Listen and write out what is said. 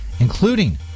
including